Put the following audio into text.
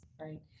right